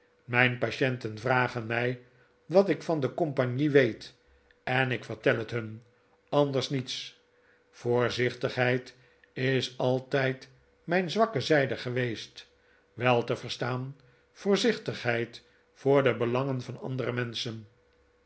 mijn patie'nten vragen mij wat ik van de compagnie weet en ik vertel het hun anders niets voorzichtigheid is altijd mijn zwakke zijde geweest wei te verstaan voorzichtigheid voor de belangen van andere menschen